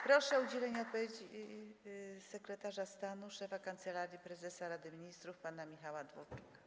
Proszę o udzielenie odpowiedzi sekretarza stanu, szefa Kancelarii Prezesa Rady Ministrów pana Michała Dworczyka.